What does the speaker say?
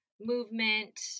movement